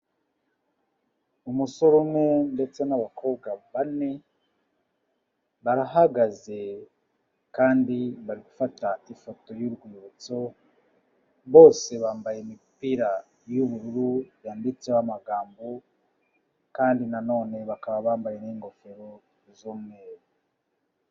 Umusore umwe ndetse n'abakobwa bane, barahagaze kandi bari gufata ifoto y'urwibutso, bose bambaye imipira y'ubururu yanditseho amagambo, kandi nanone bakaba bambaye n'ingofero z'umweru.